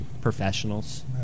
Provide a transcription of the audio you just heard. professionals